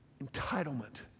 Entitlement